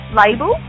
label